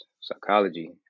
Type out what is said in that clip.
psychology